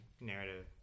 narrative